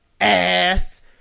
ass